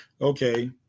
Okay